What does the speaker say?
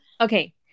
Okay